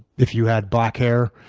if you had black hair,